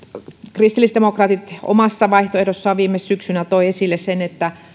kristillisdemokraatit omassa vaihtoehdossaan viime syksynä toivat esille sen että